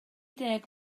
deg